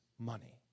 money